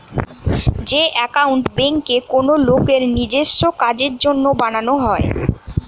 যে একাউন্ট বেঙ্কে কোনো লোকের নিজেস্য কাজের জন্য বানানো হয়